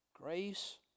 Grace